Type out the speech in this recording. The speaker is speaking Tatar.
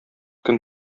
көн